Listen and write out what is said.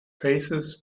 faces